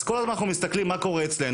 אז כל הזמן אנחנו מסתכלים מה קורה אצלנו,